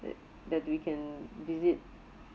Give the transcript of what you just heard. that that we can visit